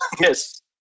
Yes